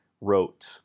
wrote